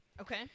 Okay